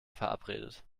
verabredet